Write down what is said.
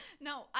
No